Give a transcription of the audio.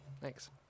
Thanks